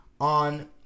on